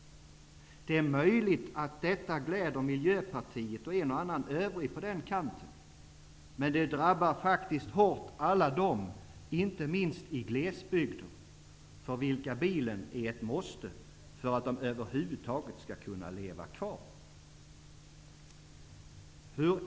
Det är möjligt, att detta gläder miljöpartiet och en och annan övrig på den kanten. Men det drabbar faktiskt hårt alla dem, inte minst i glesbygder, för vilka bilen är ett måste för att de över huvud taget skall kunna leva kvar.''